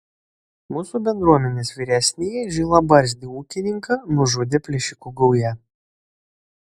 mūsų bendruomenės vyresnįjį žilabarzdį ūkininką nužudė plėšikų gauja